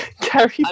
Carrie